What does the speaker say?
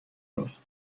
یافت